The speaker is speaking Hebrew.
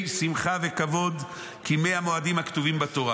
ושמחה וכבוד כימי המועדים הכתובים בתורה"